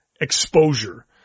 exposure